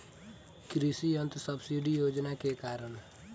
कृषि यंत्र सब्सिडी योजना के कारण?